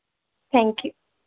thank you